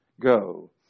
go